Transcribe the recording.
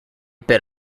bit